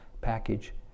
package